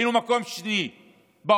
היינו מקום שני בעולם,